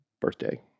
birthday